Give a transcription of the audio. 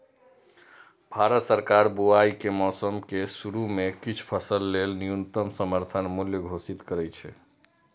भारत सरकार बुआइ के मौसम के शुरू मे किछु फसल लेल न्यूनतम समर्थन मूल्य घोषित करै छै